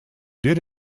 did